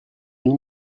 nous